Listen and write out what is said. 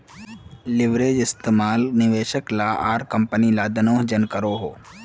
leverage इस्तेमाल निवेशक ला आर कम्पनी ला दनोह जन करोहो